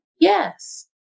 Yes